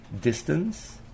distance